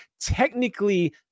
technically